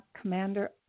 Commander